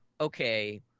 okay